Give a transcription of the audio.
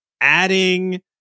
adding